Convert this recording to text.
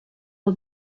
aux